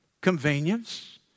convenience